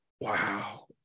Wow